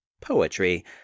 poetry